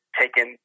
taken